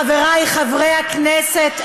חבריי חברי הכנסת,